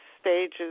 stages